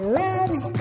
loves